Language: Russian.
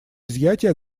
изъятия